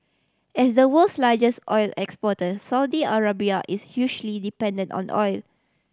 as the world's largest oil exporter Saudi Arabia is hugely dependent on the oil